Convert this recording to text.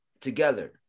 together